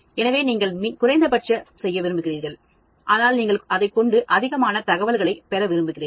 எனவே நீங்கள் குறைந்தபட்சம் செய்ய விரும்புகிறீர்கள் ஆனால் நீங்கள் அதைக்கொண்டு அதிகமான தகவல்களை பெற விரும்புகிறீர்கள்